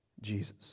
Jesus